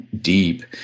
deep